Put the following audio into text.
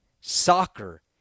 soccer